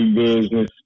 Business